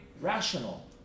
rational